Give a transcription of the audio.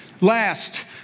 Last